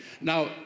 Now